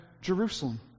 Jerusalem